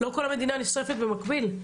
גם לא כל המדינה נשרפת במקביל.